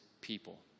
people